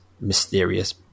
mysterious